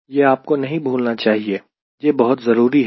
तो यह P है यह आपको नहीं भूलना चाहिए यह बहुत जरूरी है